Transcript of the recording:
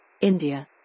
India